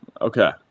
Okay